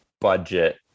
budget